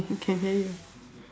can hear you